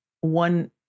one